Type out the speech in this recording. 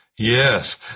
Yes